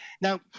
Now